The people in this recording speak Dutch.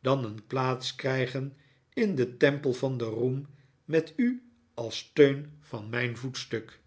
dan een plaats krijgen in den tempel van den roem met u als steun van mijn voetstuk